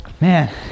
man